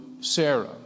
Sarah